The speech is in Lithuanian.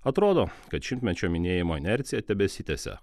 atrodo kad šimtmečio minėjimo inercija tebesitęsia